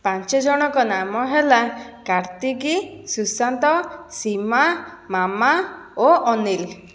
ପାଞ୍ଚ ଜଣଙ୍କ ନାମ ହେଲା କାର୍ତ୍ତିକି ସୁଶାନ୍ତ ସୀମା ମାମା ଓ ଅନିଲ